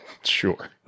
Sure